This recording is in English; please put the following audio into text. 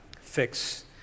fix